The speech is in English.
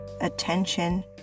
attention